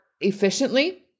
efficiently